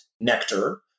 nectar